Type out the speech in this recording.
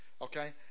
okay